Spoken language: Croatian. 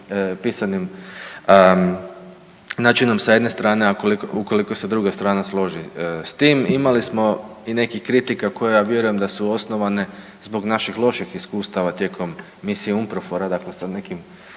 pisanim načinom s jedne strane a ukoliko se druga strana složi s tim. Imali smo i nekih kritika koje ja vjerujem da su osnovane zbog naših loših iskustava tijekom misije UMPROFOR-a dakle sa nekim